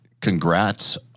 congrats